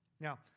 Now